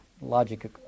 Logic